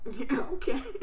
Okay